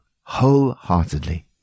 wholeheartedly